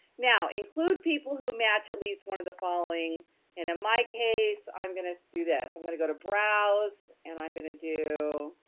now, include people who match at least one of the following, and in my case, i'm gonna do this, i'm gonna go to browse, and i'm gonna do.